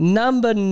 number